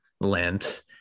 Lent